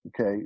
Okay